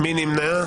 מי נמנע?